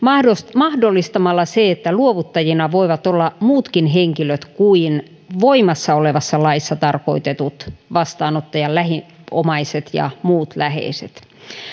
mahdollistamalla se että luovuttajina voivat olla muutkin henkilöt kuin voimassa olevassa laissa tarkoitetut vastaanottajan lähiomaiset ja muut läheiset